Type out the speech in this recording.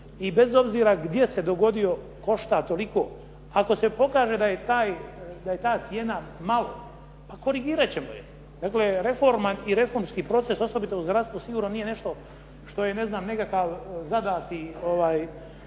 i bez obzira gdje se dogodio košta toliko. Ako se pokaže da je ta cijena malo pa korigirat ćemo je. Dakle, reforma i reformski proces, osobito u zdravstvu, sigurno nije nešto što je nekakav zadani